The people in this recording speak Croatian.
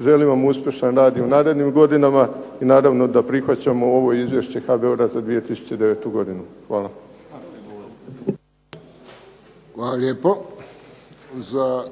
želim vam uspješan rad i u narednim godinama i naravno da prihvaćamo ovo izvješće HBOR-a za 2009. godinu. Hvala. **Friščić, Josip (HSS)** Hvala lijepo. Za